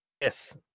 yes